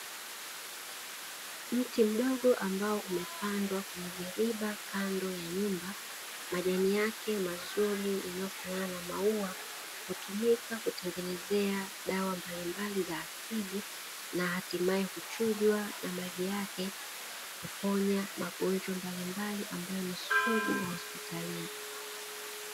Mti mdogo ambao umepandwa kwenye viriba kando ya nyumba, majani yake mazuri yanayo fanana na maua hutumika kutengenezea dawa mbalimbali za asili na hatimae kuchujwa na maji yake huponya magonjwa mbalimbali ambayo ni sugu hospitalini.